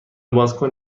بازکن